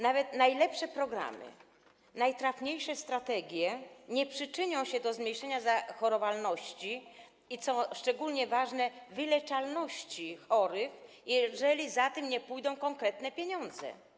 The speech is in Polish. Nawet najlepsze programy, najtrafniejsze strategie nie przyczynią się do zmniejszenia zachorowalności, i co szczególnie ważne, wyleczalności chorych, jeżeli za tym nie pójdą konkretne pieniądze.